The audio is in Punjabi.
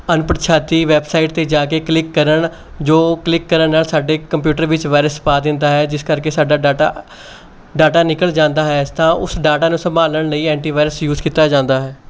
ਅਣਪਣਛਾਤੀ ਵੈਬਸਾਈਟ 'ਤੇ ਜਾ ਕੇ ਕਲਿੱਕ ਕਰਨ ਜੋ ਕਲਿੱਕ ਕਰਨ ਨਾਲ ਸਾਡੇ ਕੰਪਿਊਟਰ ਵਿੱਚ ਵਾਇਰਸ ਪਾ ਦਿੰਦਾ ਹੈ ਜਿਸ ਕਰਕੇ ਸਾਡਾ ਡਾਟਾ ਡਾਟਾ ਨਿਕਲ ਜਾਂਦਾ ਹੈ ਤਾਂ ਉਸ ਡਾਟਾ ਨੂੰ ਸੰਭਾਲਣ ਲਈ ਐਂਟੀ ਵਾਇਰਸ ਯੂਜ਼ ਕੀਤਾ ਜਾਂਦਾ ਹੈ